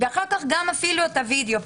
ואחר-כך גם פתחתם את הווידאו.